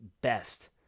best